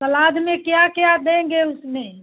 सलाद में क्या क्या देंगे उसमें